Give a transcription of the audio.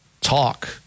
Talk